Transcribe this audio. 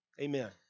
Amen